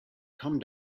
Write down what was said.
come